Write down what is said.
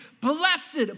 blessed